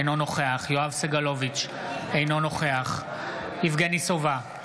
אינו נוכח יואב סגלוביץ' אינו נוכח יבגני סובה,